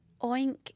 oink